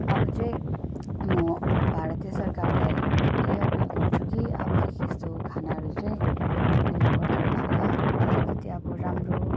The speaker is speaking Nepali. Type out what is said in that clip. अब चाहिँ म भारतीय सरकारलाई यही अपिल गर्छु कि अबदेखि यस्तो खानाहरू चाहिँ नगरिदिनुस् होला अलिकति अब राम्रो